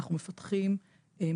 אנחנו מפתחים את הנושא הזה,